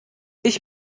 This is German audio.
ich